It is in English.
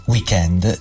Weekend